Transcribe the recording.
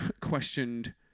questioned